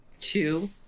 two